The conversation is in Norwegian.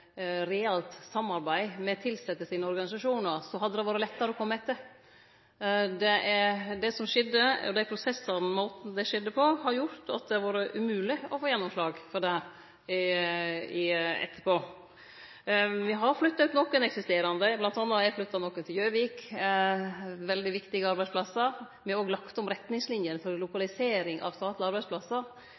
samarbeid med dei tilsette sine organisasjonar, hadde det vore lettare å kome etter. Måten desse prosessane skjedde på, har gjort at det har vore umogleg å få gjennomslag for dette etterpå. Me har flytta ut nokon eksisterande. Det er bl.a. flytta nokon veldig viktige arbeidsplassar til Gjøvik. Me har òg lagt om retningslinene for lokalisering av statlege arbeidsplassar,